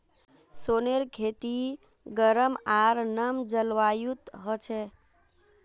सोनेर खेती गरम आर नम जलवायुत ह छे